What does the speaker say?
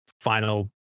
final